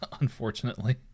unfortunately